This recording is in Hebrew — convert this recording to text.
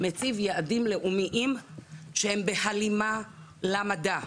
מציע יעדים לאומיים שהם בהלימה למדע.